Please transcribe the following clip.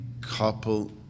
couple